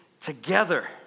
together